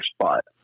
spot